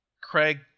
Craig